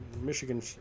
Michigan